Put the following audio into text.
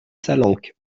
salanque